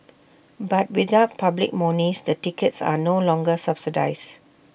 but without public monies the tickets are no longer subsidised